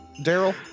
Daryl